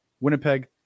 Winnipeg